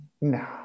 no